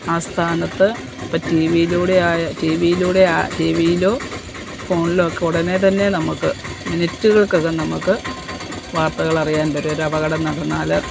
ആ സ്ഥാനത്ത് ഇപ്പം ടീവിയിലൂടെ ആയ ടീവിലൂടെ ആ ടീവിയിലോ ഫോണിലോ ഒക്കെ ഉടനെ തന്നെ നമുക്ക് മിനിറ്റുകൾക്കകം നമുക്ക് വാർത്തകൾ അറിയാൻ പറ്റും ഒരു അപകടം നടന്നാൽ